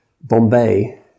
Bombay